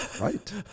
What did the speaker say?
Right